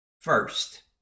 First